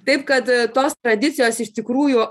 taip kad tos tradicijos iš tikrųjų